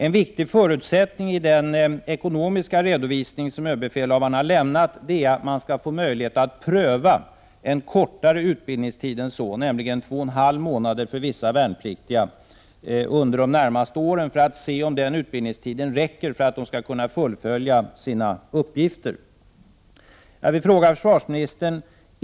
En viktig förutsättning i den ekonomiska redovisning som överbefälhavaren har lämnat är att man skall få möjlighet att pröva en kortare utbildningstid än så, nämligen 2,5 månader, för vissa värnpliktiga under de närmaste åren för att se om den utbildningstiden räcker för att de skall kunna fullgöra sina uppgifter.